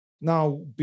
Now